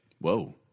Whoa